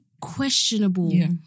questionable